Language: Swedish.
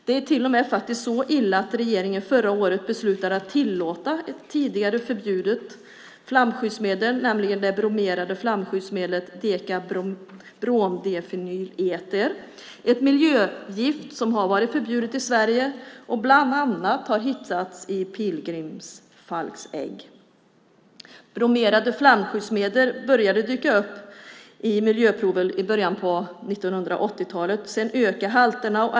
Det är till och med så illa att regeringen förra året beslutade att tillåta ett tidigare förbjudet flamskyddsmedel, nämligen det bromerade flamskyddsmedlet dekabromdifenyleter - ett miljögift som har varit förbjudet i Sverige och som bland annat hittats i pilgrimsfalkars ägg. Bromerade flamskyddsmedel började i början av 1980-talet dyka upp i miljöprover. Sedan har halterna ökat.